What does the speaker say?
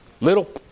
Little